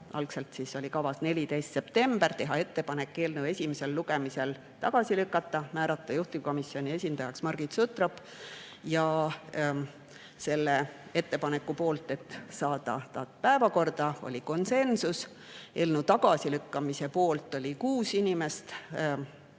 algselt oli kavas 14. september, teha ettepanek eelnõu esimesel lugemisel tagasi lükata ja määrata juhtivkomisjoni esindajaks Margit Sutrop. Selle ettepaneku puhul, et saata [eelnõu] päevakorda, oli konsensus. Eelnõu tagasilükkamise poolt oli 6 inimest: